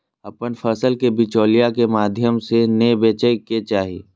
अपन फसल के बिचौलिया के माध्यम से नै बेचय के चाही